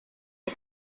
are